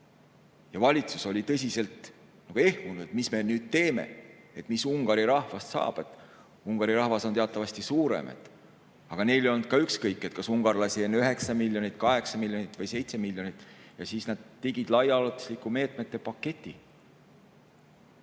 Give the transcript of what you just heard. ja valitsus oli tõsiselt ehmunud, et mis me nüüd teeme, mis Ungari rahvast saab. Ungari rahvas on teatavasti suurem, aga neil ei olnud ükskõik, kas ungarlasi on 9 miljonit, 8 miljonit või 7 miljonit. Nad tegid laiaulatusliku meetmete paketi,